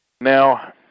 Now